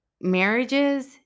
marriages